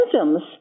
symptoms